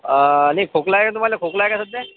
नाही खोकला आहे का तुम्हाला खोकला आहे का सध्या